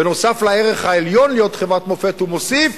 ונוסף על הערך העליון של להיות חברת מופת הוא מוסיף